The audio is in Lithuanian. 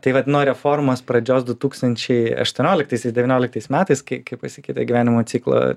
tai vat nuo reformos pradžios du tūkstančiai aštuonioliktaisiais devynioliktais metais kai pasikeitė gyvenimo ciklo